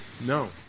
No